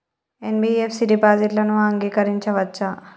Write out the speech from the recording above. NBFC డిపాజిట్లను అంగీకరించవచ్చా?